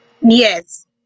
Yes